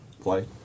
play